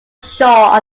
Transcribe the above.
shore